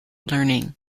learning